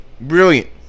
brilliant